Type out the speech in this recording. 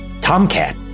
Tomcat